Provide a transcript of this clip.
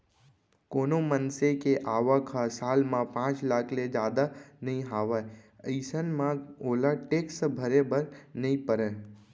कोनो मनसे के आवक ह साल म पांच लाख ले जादा नइ हावय अइसन म ओला टेक्स भरे बर नइ परय